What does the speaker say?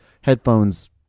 headphones